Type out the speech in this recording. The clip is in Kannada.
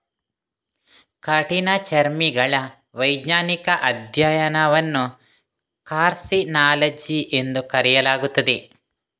ಕಠಿಣಚರ್ಮಿಗಳ ವೈಜ್ಞಾನಿಕ ಅಧ್ಯಯನವನ್ನು ಕಾರ್ಸಿನಾಲಜಿ ಎಂದು ಕರೆಯಲಾಗುತ್ತದೆ